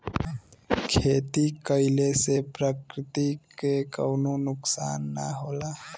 खेती कइले से प्रकृति के कउनो नुकसान ना होला